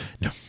No